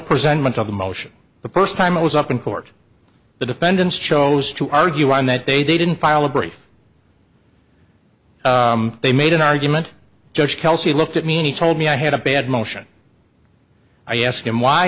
presentment of the motion the first time it was up in court the defendants chose to argue on that day they didn't file a brief they made an argument judge kelsey looked at me told me i had a bad motion i ask him why